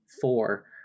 four